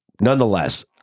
nonetheless